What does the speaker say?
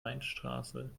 weinstraße